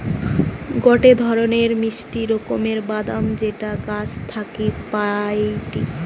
গটে ধরণের মিষ্টি রকমের বাদাম যেটা গাছ থাকি পাইটি